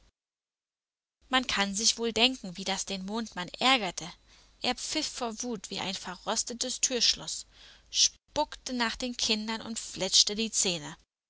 man kann sich wohl denken wie das den mondmann ärgerte er pfiff vor wut wie ein verrostetes türschloß spuckte nach den kindern und fletschte die zähne